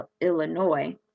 Illinois